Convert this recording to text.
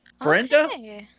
Brenda